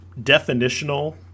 definitional